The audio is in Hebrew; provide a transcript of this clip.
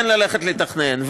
כן ללכת לתכנן,